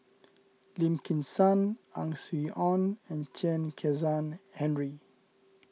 Lim Kim San Ang Swee Aun and Chen Kezhan Henri